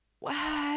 Wow